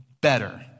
better